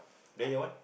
then your what